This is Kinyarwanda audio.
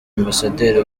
ambasaderi